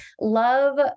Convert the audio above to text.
love